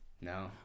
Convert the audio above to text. No